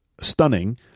stunning